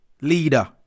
Leader